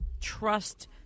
trust